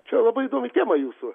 čia labai įdomi tema jūsų